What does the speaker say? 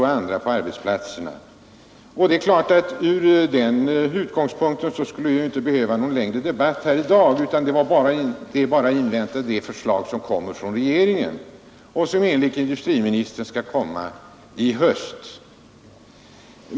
Från den utgångspunkten skulle vi då inte behöva någon längre debatt här i dag, utan vi skulle bara ha att invänta det förslag som kommer från regeringen och som enligt industriministern är att vänta i höst.